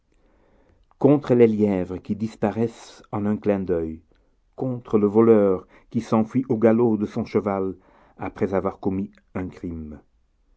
contre les lièvres qui disparaissent en un clin d'oeil contre le voleur qui s'enfuit au galop de son cheval après avoir commis un crime